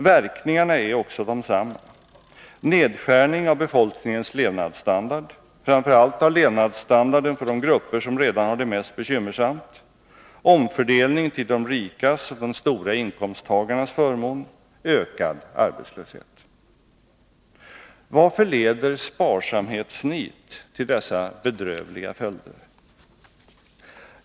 Verkningarna är också desamma: nedskärning av befolkningens levnadsstandard, framför allt av levnadsstandarden för de grupper som redan har det mest bekymmersamt; omfördelning till de rikas och de stora inkomsttagarnas förmån; ökad arbetslöshet. Varför leder sparsamhetsnit till dessa bedrövliga följder?